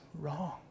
wrong